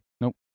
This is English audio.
Nope